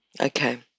Okay